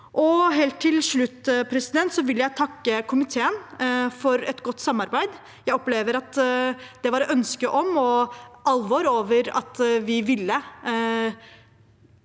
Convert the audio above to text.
Helt til slutt vil jeg takke komiteen for et godt samarbeid. Jeg opplever at det var ønske om og alvor over at vi ville